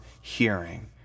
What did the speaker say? hearing